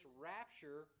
rapture